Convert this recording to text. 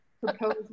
propose